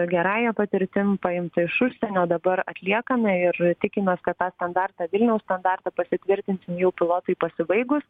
gerąja patirtim paimta iš užsienio dabar atliekame ir tikimės kad tą standartą vilniaus standartą pasitvirtinsim jau pilotui pasibaigus